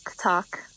talk